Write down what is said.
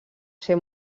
ser